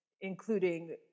including